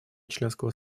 членского